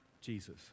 Jesus